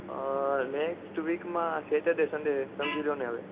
next વીકમાં Saturday Sunday સમજી લો ને હવે